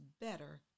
better